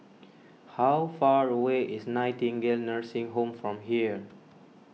how far away is Nightingale Nursing Home from here